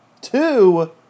two